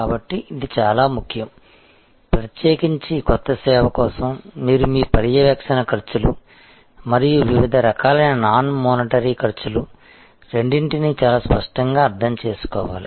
కాబట్టి ఇది చాలా ముఖ్యం ప్రత్యేకించి కొత్త సేవ కోసం మీరు మీ పర్యవేక్షణ ఖర్చులు మరియు వివిధ రకాలైన నాన్ మోనిటరీ ఖర్చులు రెండింటినీ చాలా స్పష్టంగా అర్థం చేసుకోవాలి